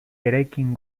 eraikin